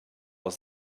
aus